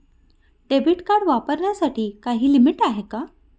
Debit card वापरण्यासाठी काही limit आहे का?